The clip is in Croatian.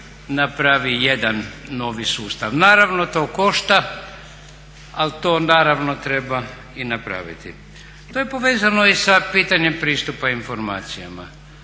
napravi jedan novi sustav. Naravno to košta, ali to naravno treba i napraviti. To je povezano i sa pitanjem pristupa informacijama.